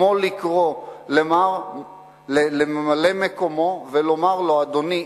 כמו לקרוא לממלא-מקומו ולומר לו: אדוני,